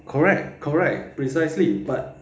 correct correct precisely but